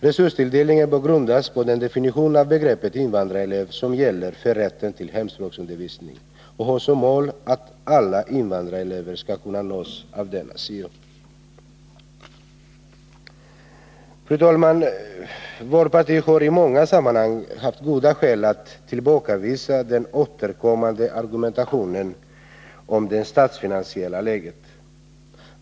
Resurstilldelningen bör grundas på den definition av begreppet invandrarelev som gäller för rätten till hemspråksundervisning och ha som mål att alla invandrarelever skall kunna nås av denna syo. Fru talman! Vpk har i många sammanhang haft goda skäl att tillbakavisa den återkommande argumentationen om det statsfinansiella läget.